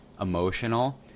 emotional